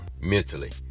mentally